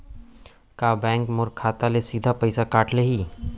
का बैंक मोर खाता ले सीधा पइसा काट लिही?